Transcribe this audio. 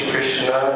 Krishna